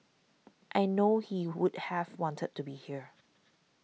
I know he would have wanted to be here